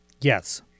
Yes